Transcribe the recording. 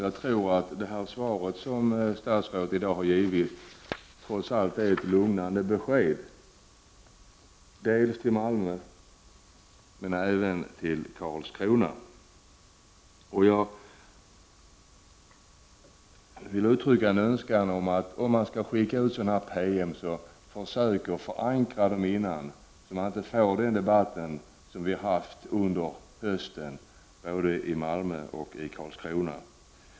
Jag tror att det svar som statsrådet i dag har givit är trots allt ett lugnande besked, dels till Malmö men även till Karlskrona. Jag vill uttrycka en önskan att om sådana här PM skall skickas ut i framtiden skall de förankras i förväg, så att vi inte får den debatt som vi har haft under hösten både i Malmö och i Karlskrona.